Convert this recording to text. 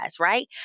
Right